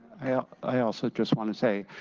i also just want to say,